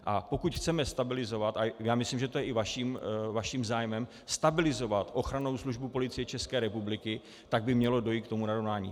A pokud chceme stabilizovat, a já myslím, že to je i vaším zájmem, stabilizovat Ochranou službu Policie České republiky, tak by mělo dojít k tomu narovnání.